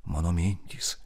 mano mintys